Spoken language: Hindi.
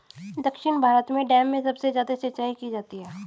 दक्षिण भारत में डैम से सबसे ज्यादा सिंचाई की जाती है